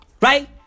Right